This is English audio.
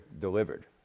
delivered